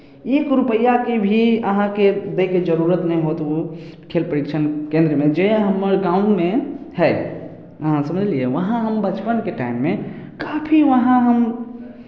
एक रुपैआके भी अहाँके दैके जरूरत नहि होत ओ खेल परीक्षण केन्द्रमे जे हमर गाँवमे हइ अहाँ समझलियै वहाँ हम बचपनके टाइममे काफी वहाँ हम